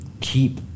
keep